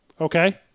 Okay